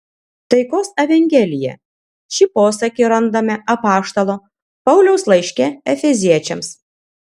taikos evangelija šį posakį randame apaštalo pauliaus laiške efeziečiams